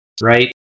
right